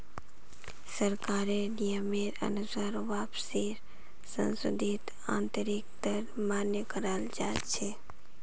सरकारेर नियमेर अनुसार वापसीर संशोधित आंतरिक दर मान्य कराल जा छे